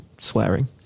swearing